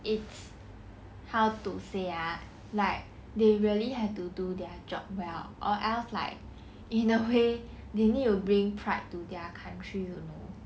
it's how to say ah like they really have to do their job well or else like in a way they need to bring pride to their country you know